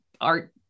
art